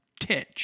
Titch